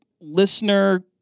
listener